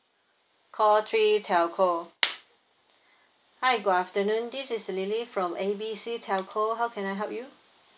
call three telco hi good afternoon this is lily from A B C telco how can I help you